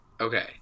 Okay